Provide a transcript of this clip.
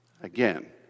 Again